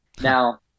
Now